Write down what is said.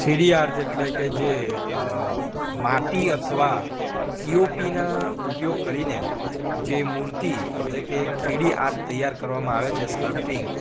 three D art જે એટલે કે જે માટી અથવા પિયોપિના ઉપયોગ કરીને જે મૂર્તિ એટલે કે એક થ્રી ડી આર્ટ તૈયાર કરવામાં આવે છે સકપટીંગ